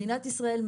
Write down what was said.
מדינת ישראל,